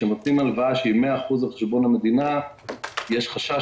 כשנותנים הלוואה שהיא 100% על חשבון המדינה יש חשש